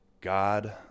God